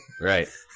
right